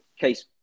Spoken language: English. case